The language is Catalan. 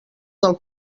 del